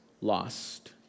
lost